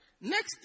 next